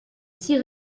six